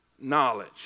knowledge